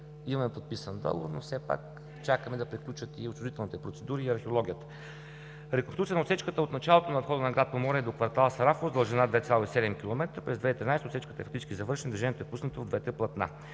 имаме подписан договор, но все пак чакаме да приключат и отчуждителните процедури и археологията. Реконструкцията на отсечката от началото на входа на град Поморие до квартал „Сарафово“ с дължина 2,7 км, през 2013 г. отсечката е завършена, движението е пуснато в двете платна.